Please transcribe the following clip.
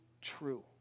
true